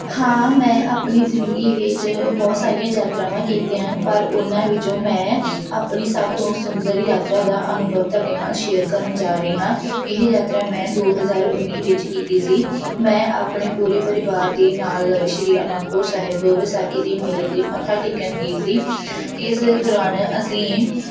ਹਾਂ ਮੈਂ ਆਪਣੀ ਜ਼ਿੰਦਗੀ ਵਿੱਚ ਬਹੁਤ ਸਾਰੀਆਂ ਯਾਤਰਾਵਾਂ ਕੀਤੀਆਂ ਹਨ ਪਰ ਉਹਨਾਂ ਵਿੱਚੋਂ ਮੈਂ ਆਪਣੀ ਸਭ ਤੋਂ ਸੁੰਦਰ ਯਾਤਰਾ ਦਾ ਅਨੁਭਵ ਤੁਹਾਡੇ ਨਾਲ ਸ਼ੇਅਰ ਕਰਨ ਜਾ ਰਹੀ ਹਾਂ ਇਹ ਯਾਤਰਾ ਮੈਂ ਦੋ ਹਜ਼ਾਰ ਉੱਨੀ ਵਿੱਚ ਕੀਤੀ ਸੀ ਮੈਂ ਆਪਣੇ ਪੂਰੇ ਪਰਿਵਾਰ ਦੇ ਨਾਲ ਸ਼੍ਰੀ ਆਨੰਦਪੁਰ ਸਾਹਿਬ ਵਿਸਾਖੀ ਦੇ ਮੇਲੇ 'ਤੇ ਮੱਥਾ ਟੇਕਣ ਗਈ ਸੀ ਇਸ ਦੌਰਾਨ ਅਸੀਂ